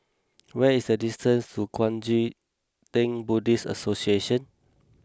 where is the distance to Kuang Chee Tng Buddhist Association